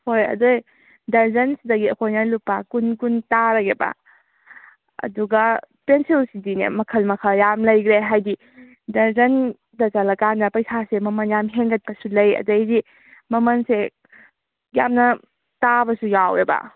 ꯍꯣꯏ ꯑꯗꯩ ꯗꯔꯖꯟꯁꯤꯗꯒꯤ ꯑꯩꯈꯣꯏꯅ ꯂꯨꯄꯥ ꯀꯨꯟ ꯀꯨꯟ ꯇꯥꯔꯒꯦꯕ ꯑꯗꯨꯒ ꯄꯦꯟꯁꯤꯜꯁꯤꯗꯤꯅꯦ ꯃꯈꯟ ꯃꯈꯥ ꯌꯥꯝ ꯂꯩꯈ꯭ꯔꯦ ꯍꯥꯏꯗꯤ ꯗꯔꯖꯟꯗ ꯆꯠꯂꯀꯥꯟꯗ ꯄꯩꯁꯥꯁꯦ ꯃꯃꯟ ꯌꯥꯝ ꯍꯦꯟꯒꯠꯄꯁꯨ ꯂꯩ ꯑꯗꯩꯗꯤ ꯃꯃꯟꯁꯦ ꯌꯥꯝꯅ ꯇꯥꯕꯁꯨ ꯌꯥꯎꯋꯦꯕ